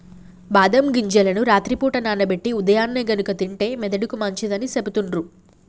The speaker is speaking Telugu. బాదం గింజలను రాత్రి పూట నానబెట్టి ఉదయాన్నే గనుక తింటే మెదడుకి మంచిదని సెపుతుండ్రు